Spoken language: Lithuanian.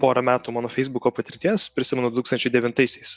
pora metų mano feisbuko patirties prisimenu du tūkstančiai devintaisiais